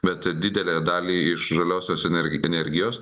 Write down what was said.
bet didelę dalį iš žaliosios ener energijos